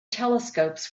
telescopes